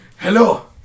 hello